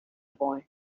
boy